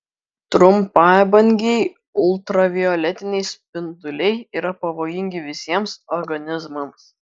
trumpabangiai ultravioletiniai spinduliai yra pavojingi visiems organizmams